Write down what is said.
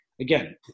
again